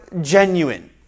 genuine